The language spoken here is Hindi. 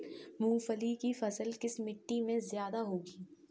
मूंगफली की फसल किस मिट्टी में ज्यादा होगी?